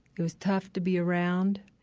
it was tough to be around.